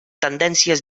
tendències